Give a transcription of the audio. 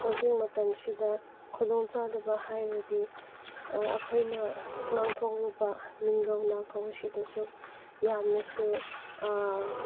ꯍꯧꯖꯤꯛ ꯃꯇꯝꯁꯤꯗ ꯈꯨꯗꯣꯡꯆꯥꯗꯕ ꯍꯥꯏꯔꯗꯤ ꯑꯩꯈꯣꯏꯅ ꯉꯥꯡꯊꯣꯛꯂꯨꯕ ꯃꯤꯡꯒꯧ ꯂꯥꯛꯀꯧ ꯑꯁꯤꯗꯁꯨ ꯌꯥꯝꯅꯁꯨ